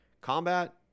combat